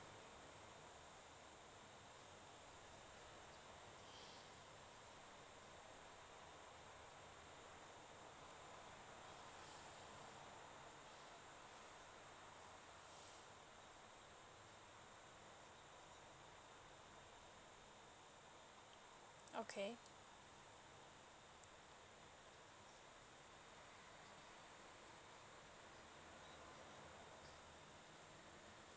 okay